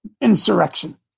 insurrection